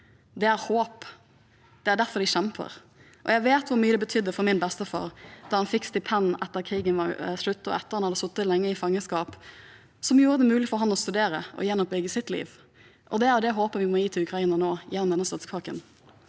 Det er håp, det er derfor de kjemper. Jeg vet hvor mye det betydde for min bestefar da han fikk stipend etter at krigen var slutt, og etter at han hadde sittet lenge i fangenskap, noe som gjorde det mulig for ham å studere og gjenoppbygge sitt liv. Det er det håpet vi må gi til Ukraina nå, gjennom denne støttepakken.